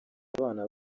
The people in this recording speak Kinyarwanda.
abana